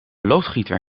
loodgieter